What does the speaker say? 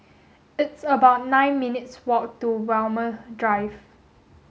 it's about nine minutes walk to Walmer Drive